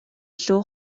илүү